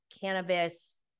cannabis